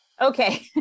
Okay